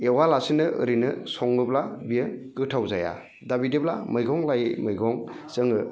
एवालासिनो ओरैनो सङोब्ला बेयो गोथाव जाया दा बिदिब्ला मैगं लायै मैगं जोङो